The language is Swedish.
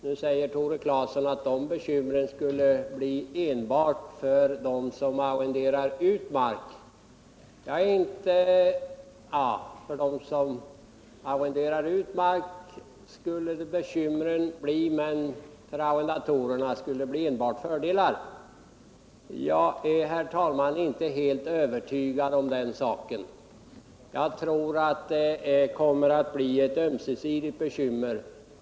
Nu säger Tore Claeson att det för dem som arrenderar ut marken skulle medföra bekymmer men för arrendatorerna enbart fördelar. Men jag är, herr talman, inte helt övertygad om den saken. Jag tror det kommer att bli bekymmer på ömse håll.